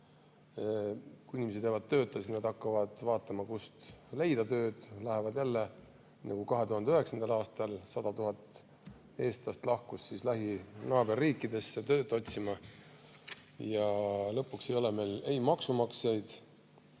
Kui inimesed jäävad tööta, siis nad hakkavad vaatama, kust leida tööd, lähevad jälle – nagu 2009. aastal 100 000 eestlast lahkus naaberriikidesse tööd otsima. Lõpuks ei ole meil ei maksumaksjaid